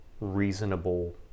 reasonable